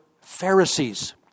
Pharisees